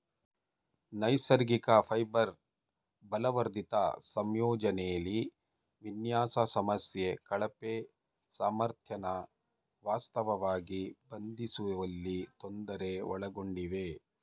ನೈಸರ್ಗಿಕ ಫೈಬರ್ ಬಲವರ್ಧಿತ ಸಂಯೋಜನೆಲಿ ವಿನ್ಯಾಸ ಸಮಸ್ಯೆ ಕಳಪೆ ಸಾಮರ್ಥ್ಯನ ವಾಸ್ತವವಾಗಿ ಬಂಧಿಸುವಲ್ಲಿ ತೊಂದರೆ ಒಳಗೊಂಡಿವೆ